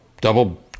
Double